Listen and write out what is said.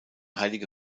heilige